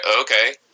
okay